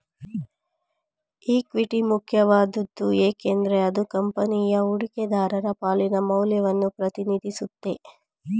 equity ಮುಖ್ಯವಾದ್ದು ಏಕೆಂದ್ರೆ ಅದು ಕಂಪನಿಯ ಹೂಡಿಕೆದಾರರ ಪಾಲಿನ ಮೌಲ್ಯವನ್ನ ಪ್ರತಿನಿಧಿಸುತ್ತೆ